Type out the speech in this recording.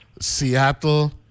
Seattle